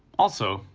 also,